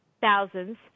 thousands